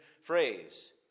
phrase